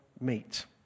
meet